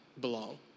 belong